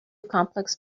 complex